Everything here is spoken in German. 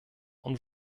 und